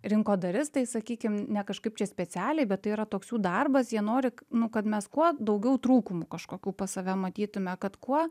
rinkodaristai sakykim ne kažkaip čia specialiai bet tai yra toks darbas jie nori nu kad mes kuo daugiau trūkumų kažkokių pas save matytume kad kuo